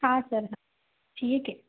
हा सर हा ठीक आहे